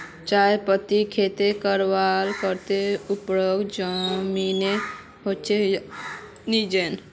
चाय पत्तीर खेती करवार केते ऊपर जमीन होचे या निचान?